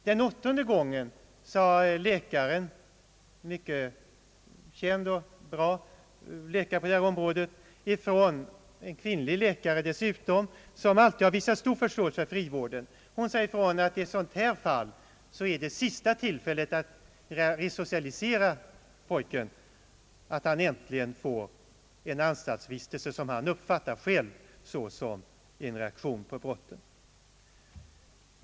Den åttonde gången sade läkaren ifrån — en mycket känd och bra kvinnlig läkare, som alltid visat stor förståelse för frivården — att i detta fall var det sista tillfället att resocialisera pojken att han äntligen fick en anstaltsvistelse som han själv uppfattar som en reaktion på brottet.